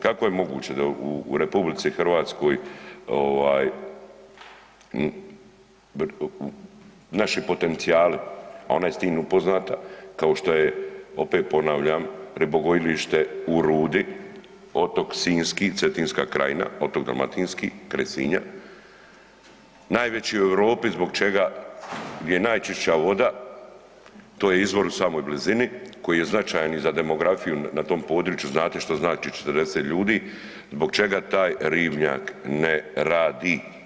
Kako je moguće da u RH ovaj naši potencijali, ona je s tim upoznata, kao što je, opet ponavljam, ribogojilište u Rudi, Otok Sinjski, Cetinska krajina, Otok Dalmatinski kraj Sinja najveći u Europi zbog čega, gdje je najčišća voda, to je izvor u samoj blizini koji je značajan i za demografiju na tom području, znate šta znači 40 ljudi, zbog čega taj ribnjak ne radi?